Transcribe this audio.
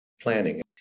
planning